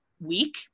week